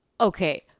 Okay